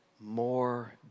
More